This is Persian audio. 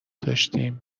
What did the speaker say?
داشتیم